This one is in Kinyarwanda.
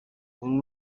uru